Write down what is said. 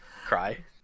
Cry